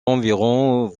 environs